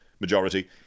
majority